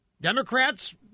Democrats